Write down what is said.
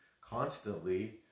constantly